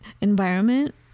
environment